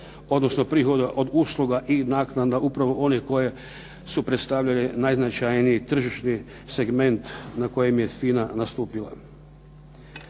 odnosno prihoda od usluga i naknada onih koje su predstavljale najznačajniji tržišni segment na kojem je FINA nastupila.